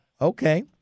Okay